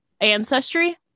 Ancestry